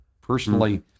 personally